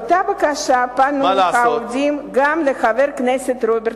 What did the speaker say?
באותה בקשה פנו העובדים גם לחבר הכנסת רוברט